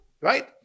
right